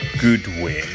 Goodwin